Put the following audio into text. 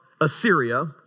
Assyria